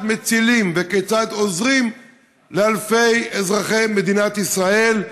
מצילים וכיצד עוזרים לאלפי אזרחי מדינת ישראל.